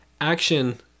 action